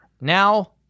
now